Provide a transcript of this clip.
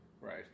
right